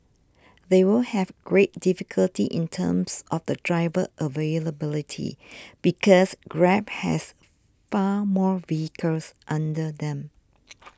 they will have great difficulty in terms of the driver availability because Grab has far more vehicles under them